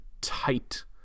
tight